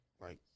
like-